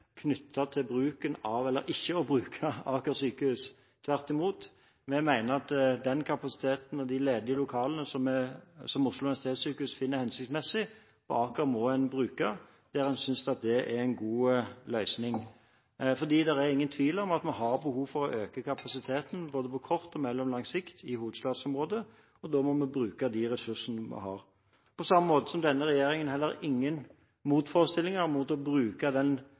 ikke å bruke Aker sykehus. Tvert imot, vi mener at den kapasiteten og de ledige lokalene som Oslo universitetssykehus finner hensiktsmessig på Aker, må en bruke, der en synes det er en god løsning. Det er ingen tvil om at vi har behov for å øke kapasiteten både på kort og mellomlang sikt i hovedstadsområdet, og da må vi bruke de ressursene vi har. På samme måte har denne regjeringen heller ingen motforestillinger mot å bruke den